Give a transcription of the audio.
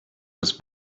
was